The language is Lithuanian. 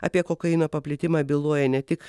apie kokaino paplitimą byloja ne tik